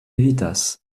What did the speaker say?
evitas